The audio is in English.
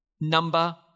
Number